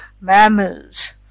mammals